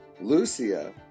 Lucia